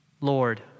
Lord